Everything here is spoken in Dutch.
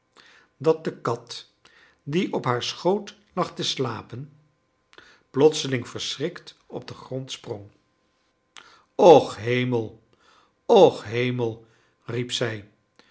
dat de kat die op haar schoot lag te slapen plotseling verschrikt op den grond sprong och hemel och hemel riep zij